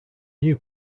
new